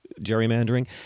gerrymandering